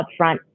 upfront